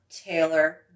Taylor